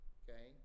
okay